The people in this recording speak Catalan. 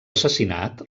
assassinat